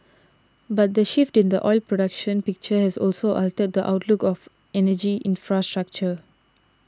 but the shift in the oil production picture has also altered the outlook of energy infrastructure